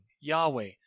Yahweh